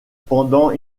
pendant